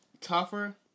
tougher